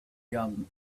young